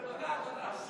תודה, תודה.